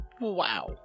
Wow